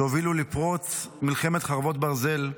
שהובילו לפרוץ מלחמת חרבות ברזל,